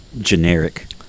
generic